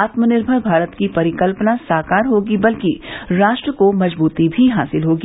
आत्मनिर्भर भारत की परिकल्पना साकार होगी बल्कि राष्ट्र को मजबूती भी हासिल होगी